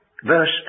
Verse